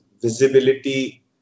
visibility